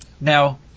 Now